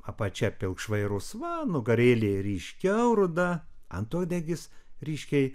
apačia pilkšvai rusva nugarėlė ryškiau ruda antuodegis ryškiai